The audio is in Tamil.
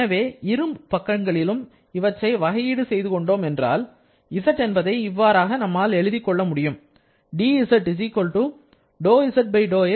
எனவே இரு பக்கங்களிலும் இவற்றை வகை ஈடு செய்து கொண்டோம் என்றால் z என்பதை இவ்வாறாக நம்மால் எழுதிக் கொள்ள முடியும்